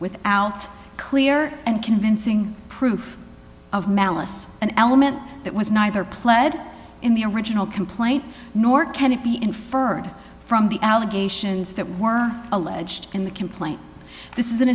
without a clear and convincing proof of malice an element that was neither pled in the original complaint nor can it be inferred from the allegations that were alleged in the complaint this is an